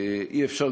אי-אפשר,